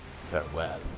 farewell